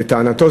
לטענתו,